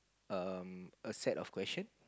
um a set of question